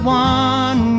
one